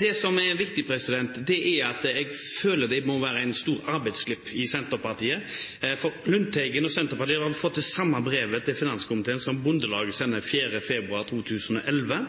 Det som er viktig, er: Jeg føler at det må være en stor arbeidsglipp i Senterpartiet, for Lundteigen og Senterpartiet har vel fått det samme brevet som Bondelaget sendte til finanskomiteen 4. februar 2011,